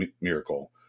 miracle